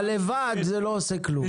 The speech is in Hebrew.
אבל לבד זה לא עושה כלום,